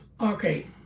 Okay